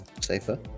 Safer